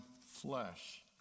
flesh